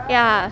ya